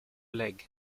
leg